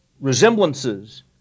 resemblances